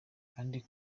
kandi